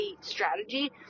strategy